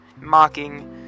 mocking